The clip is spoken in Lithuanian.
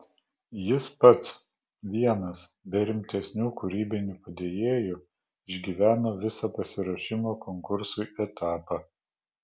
jis pats vienas be rimtesnių kūrybinių padėjėjų išgyveno visą pasiruošimo konkursui etapą